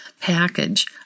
package